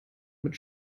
mit